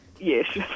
Yes